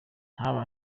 ntaba